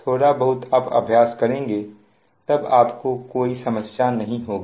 थोड़ा बहुत आप अभ्यास करेंगे तब आपको कोई समस्या नहीं होगी